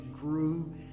grew